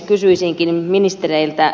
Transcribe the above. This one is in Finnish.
kysyisinkin ministereiltä